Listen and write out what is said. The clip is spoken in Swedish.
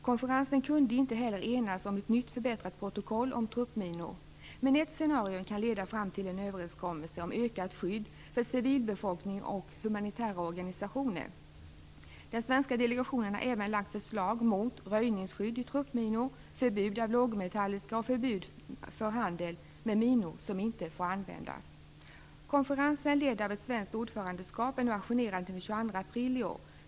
Konferensen kunde inte heller enas om ett nytt förbättrat protokoll om truppminor. Men ett scenario kan leda fram till en överenskommelse om ökat skydd för civilbefolkning och humanitära organisationer. Den svenska delegationen har även lagt förslag om förbud mot röjningsskydd i truppminor, förbud av lågmetalliska minor och förbud för handel med minor som inte får användas. Konferensen, ledd av ett svenskt ordförandeskap, är nu ajournerad till den 22 april i år.